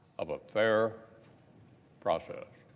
of a fair process.